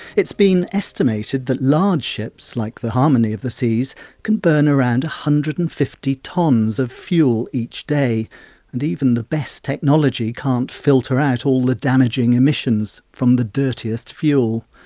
it's been estimated that large ships like the harmony of the seas can burn around one hundred and fifty tonnes of fuel each day and even the best technology can't filter out all the damaging emissions from the dirtiest fuel.